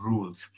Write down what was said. Rules